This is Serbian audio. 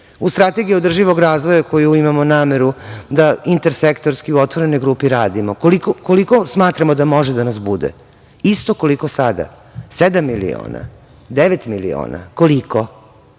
Strategiji održivog razvoja, koju imamo nameru da inter sektorski u otvorenoj grupi radimo, koliko smatramo da može da nas bude? Isto koliko sada? Sedam miliona, devet miliona, koliko?